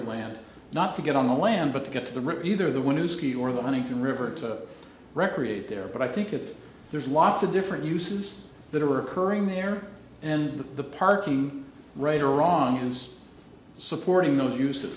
your land not to get on the land but to get to the river the one who ski or the money to river to recreate there but i think it's there's lots of different uses that are occurring there in the party right or wrong is supporting those use